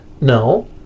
No